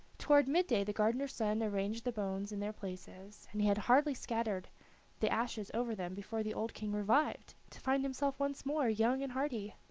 toward mid-day the gardener's son arranged the bones in their places, and he had hardly scattered the ashes over them before the old king revived, to find himself once more young and hearty.